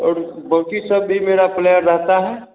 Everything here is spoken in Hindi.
और बाकी सब भी मेरा प्लेयर रहता है